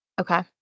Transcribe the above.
Okay